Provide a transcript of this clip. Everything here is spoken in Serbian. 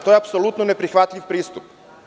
To je apsolutno neprihvatljiv pristup.